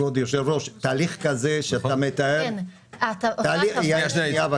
כבוד היושב ראש תהליך כזה --- אז אני רק